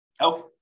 Okay